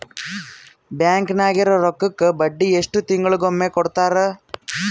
Bank ನಾಗಿರೋ ರೊಕ್ಕಕ್ಕ ಬಡ್ಡಿ ಎಷ್ಟು ತಿಂಗಳಿಗೊಮ್ಮೆ ಕೊಡ್ತಾರ?